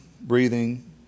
breathing